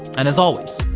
and as always,